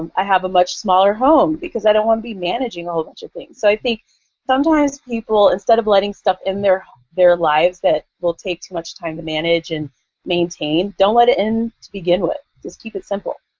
i have a much smaller home because i don't want to be managing a whole bunch of things. so i think sometimes people, instead of letting stuff in their their lives that will take too much time to manage and maintain, don't let it in to begin with. just keep it simple,